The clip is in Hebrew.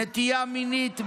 נטייה מינית,